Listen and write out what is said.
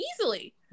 easily